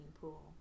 pool